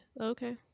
Okay